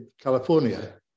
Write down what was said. California